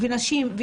נשים,